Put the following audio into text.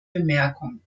bemerkung